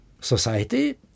society